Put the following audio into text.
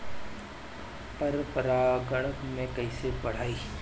पर परा गण के कईसे बढ़ाई?